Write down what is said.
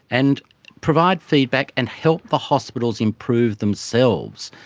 and provide feedback and help the hospitals improve themselves.